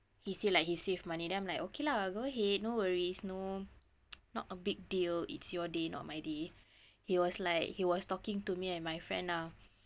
he say like he save money then I'm like okay lah go ahead no worries no not a big deal it's your day not my day he was like he was talking to me and my friend lah